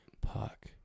puck